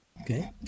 Okay